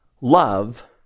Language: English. Love